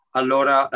allora